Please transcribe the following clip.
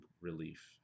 relief